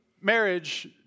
marriage